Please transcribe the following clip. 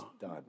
done